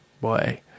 Boy